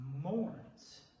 mourns